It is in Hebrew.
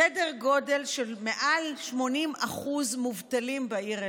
סדר גודל של מעל 80% מובטלים בעיר אילת.